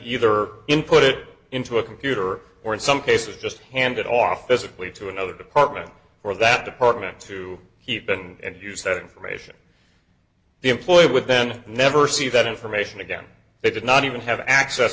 either in put it into a computer or in some cases just hand it off physically to another department or that department to heat and use that information the employee would then never see that information again they did not even have access